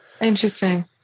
Interesting